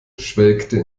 schwelgte